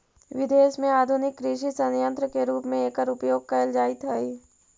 विदेश में आधुनिक कृषि सन्यन्त्र के रूप में एकर उपयोग कैल जाइत हई